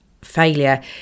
failure